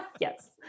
Yes